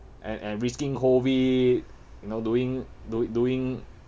and and risking COVID you know doing do~ doing